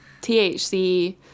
THC